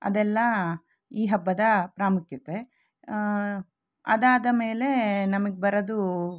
ಅದೆಲ್ಲ ಈ ಹಬ್ಬದ ಪ್ರಾಮುಖ್ಯತೆ ಅದಾದ ಮೇಲೆ ನಮಗೆ ಬರೋದು